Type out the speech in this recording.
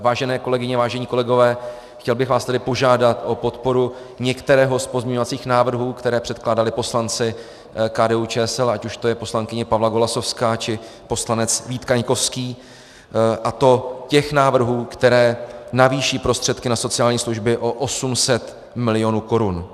Vážené kolegyně, vážení kolegové, chtěl bych vás tedy požádat o podporu některého z pozměňovacích návrhů, které předkládali poslanci KDUČSL, ať už to je poslankyně Pavla Golasowská, či poslanec Vít Kaňkovský, a to těch návrhů, které navýší prostředky na sociální služby o 800 milionů korun.